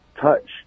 touch